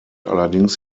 allerdings